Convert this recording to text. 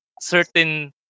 certain